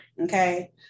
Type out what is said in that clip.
okay